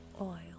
oil